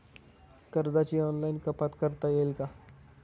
कर्जाची ऑनलाईन कपात करता येईल का?